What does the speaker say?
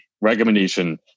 recommendation